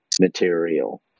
material